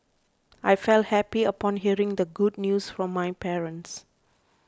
I felt happy upon hearing the good news from my parents